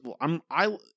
I'm—I